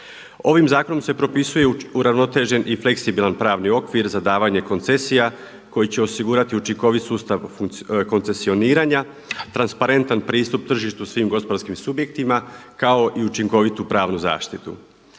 Ovim zakonom se propisuje uravnotežen i fleksibilan pravni okvir za davanje koncesija koji će osigurati učinkovit sustav koncesuiranja, transparentan pristup tržištu svim gospodarskim subjektima kao i učinkovitu pravnu zaštitu.